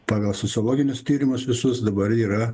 pagal sociologinius tyrimus visus dabar yra